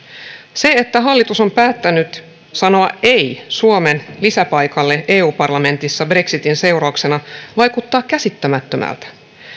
se että hallitus on päättänyt sanoa ei suomen lisäpaikalle eu parlamentissa brexitin seurauksena vaikuttaa käsittämättömältä